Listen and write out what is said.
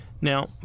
Now